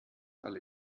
alle